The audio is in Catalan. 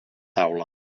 taula